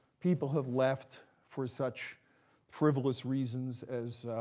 people have left for such frivolous reasons as